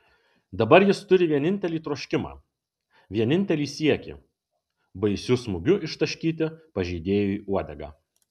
dabar jis turi vienintelį troškimą vienintelį siekį baisiu smūgiu ištaškyti pažeidėjui uodegą